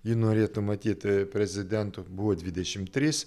jį norėtų matyti prezidentu buvo dvidešimt trys